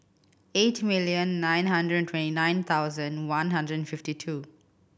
eight million nine hundred and twenty nine thousand one hundred and fifty two